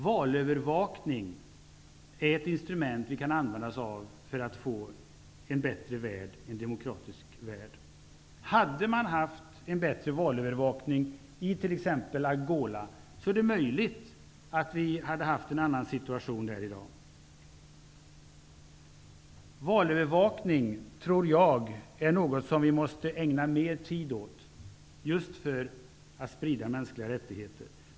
Valövervakning är ett instrument vi kan använda oss av för att få en bättre värld -- en demokratisk värld. Om man hade haft en bättre valövervakning i t.ex. Angola är det möjligt att vi hade haft en annan situation där i dag. Jag tror att valövervakning är något som vi måste ägna mer tid åt, just för att sprida mänskliga rättigheter.